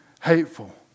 hateful